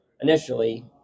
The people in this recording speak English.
initially